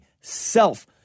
self